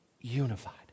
unified